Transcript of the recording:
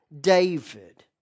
David